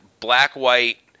Black-white